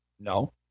No